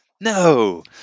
no